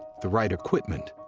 the right equipment,